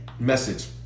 Message